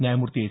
न्यायमूर्ती एस